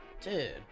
dude